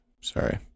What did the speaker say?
Sorry